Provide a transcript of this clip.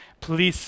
please